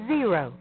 Zero